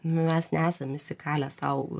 mes nesam įsikalę sau